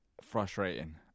frustrating